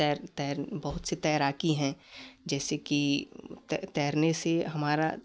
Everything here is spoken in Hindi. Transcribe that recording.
तैर तैर बहुत से तैराकी है जैसे कि तैरने से हमारा